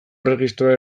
erregistroa